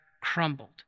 crumbled